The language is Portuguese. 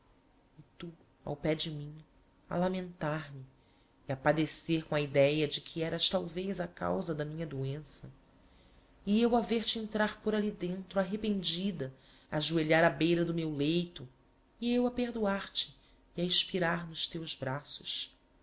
tu ao pé de mim a lamentar me e a padecer com a ideia de que eras talvez a causa da minha doença e eu a ver-te entrar por ali dentro arrependida ajoelhar á beira do meu leito e eu a perdoar te e a expirar nos teus braços